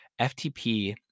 ftp